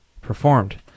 performed